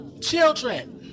children